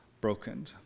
broken